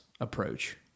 approach